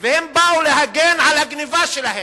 והם באו להגן על הגנבה שלהם,